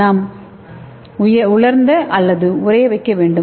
நாம் உலர்ந்த அல்லது உறைய வைக்க வேண்டும்